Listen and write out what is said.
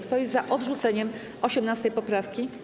Kto jest za odrzuceniem 18. poprawki?